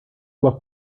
pela